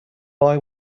boy